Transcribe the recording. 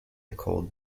cold